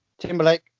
Timberlake